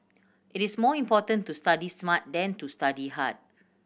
it is more important to study smart than to study hard